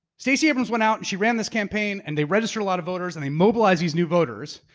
stacey abrams went out and she ran this campaign and they registered a lot of voters, and they mobilized these new voters.